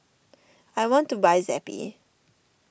I want to buy Zappy